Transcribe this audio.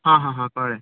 आ हा हा कळें